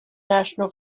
national